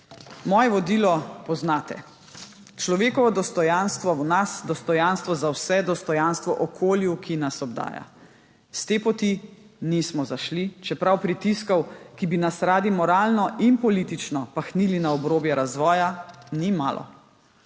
Moje vodilo poznate: človekovo dostojanstvo v nas, dostojanstvo za vse, dostojanstvo okolju, ki nas obdaja. S te poti nismo zašli, čeprav pritiskov, ki bi nas radi moralno in politično pahnili na obrobje razvoja, ni malo.